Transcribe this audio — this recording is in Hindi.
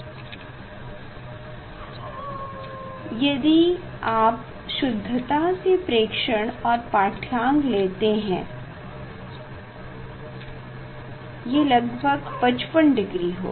विद्यार्थी यदि आप शुद्धता से प्रेक्षण और पाढ्यांक लेते हैं ये लगभग 55 डिग्री होगा